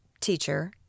Teacher